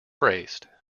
braced